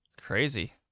Crazy